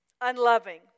Unloving